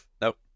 Nope